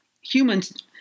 humans